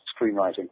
screenwriting